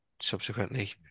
subsequently